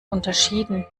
unterschieden